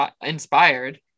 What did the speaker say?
inspired